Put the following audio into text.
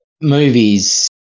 movies